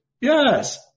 Yes